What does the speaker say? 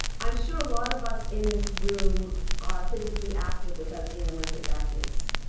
i'm sure a lot of us in this room are physically active without being olympic athletes.